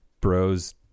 bros